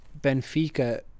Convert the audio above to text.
Benfica